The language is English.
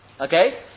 Okay